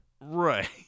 Right